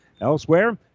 Elsewhere